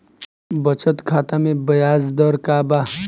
बचत खाता मे ब्याज दर का बा?